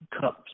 cups